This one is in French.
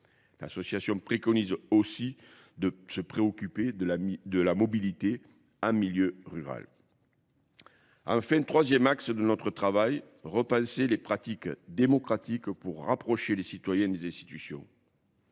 L'association préconise aussi de se préoccuper de la mobilité en milieu rural. Enfin, troisième axe de notre travail, repenser les pratiques démocratiques pour rapprocher les citoyens des institutions.